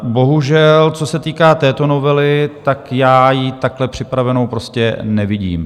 Bohužel, co se týká této novely, tak já ji takhle připravenou prostě nevidím.